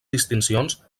distincions